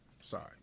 Sorry